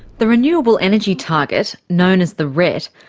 the renewable energy target, known as the ret,